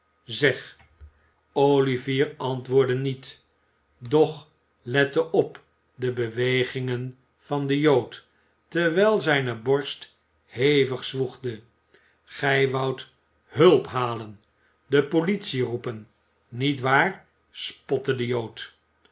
zeg olivier antwoordde niet doch lette op de bewegingen van den jood terwijl zijne borst hevig zwoegde gij woudt hulp halen de politie roepen niet waar spotte de jood